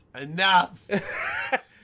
enough